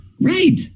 Right